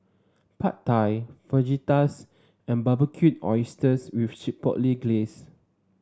Pad Thai Fajitas and Barbecued Oysters with Chipotle Glaze